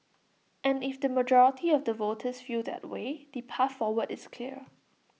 and if the majority of the voters feel that way the path forward is clear